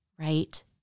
Right